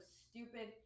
stupid